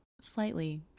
slightly